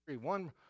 One